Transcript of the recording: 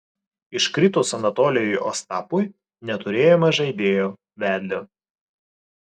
iškritus anatolijui ostapui neturėjome žaidėjo vedlio